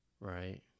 right